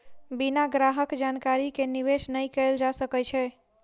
बिना ग्राहक जानकारी के निवेश नै कयल जा सकै छै